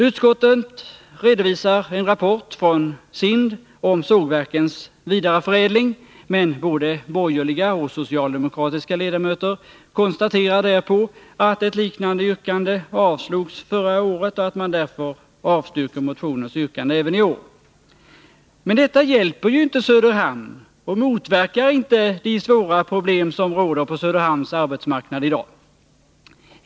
Utskottet redovisar en rapport från SIND om sågverkens vidareförädling, men både borgerliga och socialdemokratiska ledamöter konstaterar därpå att ett liknande yrkande avslogs förra året och att man avstyrker motionens yrkande även i år. Men detta hjälper ju inte Söderhamn och motverkar inte de svåra problem som råder på Söderhamns arbetsmarknad i dag.